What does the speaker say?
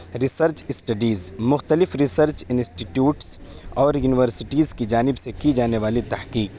research studies مختلف research institutes اور universities کی جانب سے کی جانے والی تحقیق